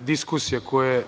diskusija koje